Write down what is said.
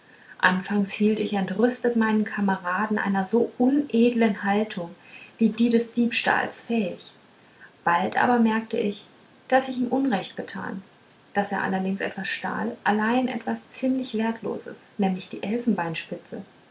anfangs hielt ich entrüstet meinen kameraden einer so unedlen handlung wie die des diebstahls fähig bald aber bemerkte ich daß ich ihm unrecht getan daß er allerdings etwas stahl allein etwas ziemlich wertloses nämlich die